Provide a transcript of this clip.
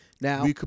Now